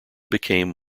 became